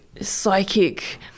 psychic